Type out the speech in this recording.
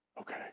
Okay